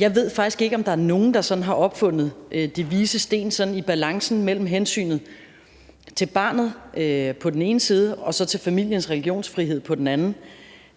Jeg ved faktisk ikke, om der er nogen, der sådan har fundet de vises sten, når det gælder balancen mellem hensynet til barnet på den ene side og familiens religionsfrihed på den anden